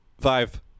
five